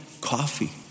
coffee